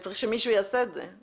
צריך שמישהו יעשה את זה.